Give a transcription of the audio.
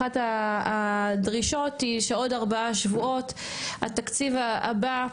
אחת הדרישות היא שבעוד ארבעה שבועות התקציב הבא,